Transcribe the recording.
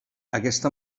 aquesta